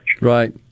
Right